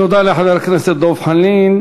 תודה לחבר הכנסת דב חנין.